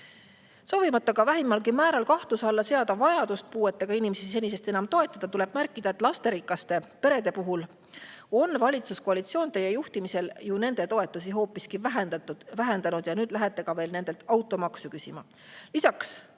Soovimata vähimalgi määral kahtluse alla seada vajadust puuetega inimesi senisest enam toetada, tuleb märkida, et lasterikaste perede puhul on valitsuskoalitsioon teie juhtimisel nende toetusi ju hoopis vähendanud ja nüüd lähete nendelt ka automaksu küsima. Lisaks